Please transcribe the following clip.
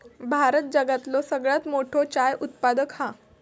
भारत जगातलो सगळ्यात मोठो चाय उत्पादक हा